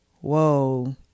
whoa